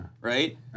right